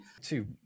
Two